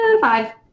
Five